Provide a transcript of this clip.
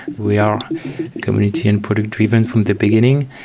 we are community and product driven from the beginning.